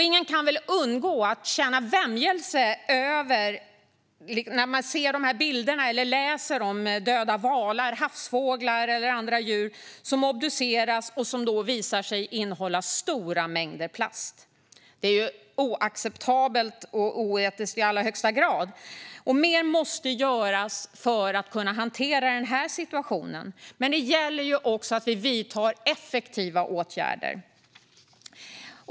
Ingen kan väl undgå att känna vämjelse när man ser bilderna eller läser om döda valar, havsfåglar eller andra djur som obduceras och då visar sig innehålla stora mängder plast. Det är oacceptabelt och oetiskt i allra högsta grad. Mer måste göras för att hantera den här situationen. Men det gäller också att vi vidtar effektiva åtgärder.